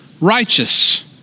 righteous